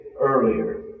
earlier